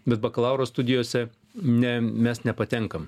bet bakalauro studijose ne mes nepatenkam